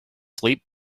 sleep